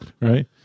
right